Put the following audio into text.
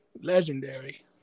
legendary